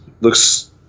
looks